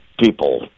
people